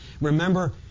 Remember